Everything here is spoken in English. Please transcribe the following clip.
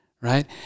Right